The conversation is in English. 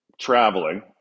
traveling